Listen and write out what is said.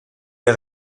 est